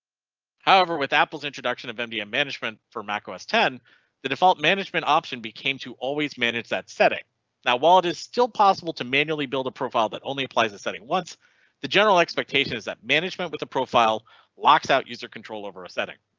however with apples introduction of mdm management for mac os ten the default management option became too always manage that setting now while it is still possible to manually build a profile that only applies the setting once the general expectation is that. management with the profile locks out user control over a setting.